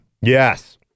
Yes